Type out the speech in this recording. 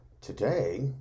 Today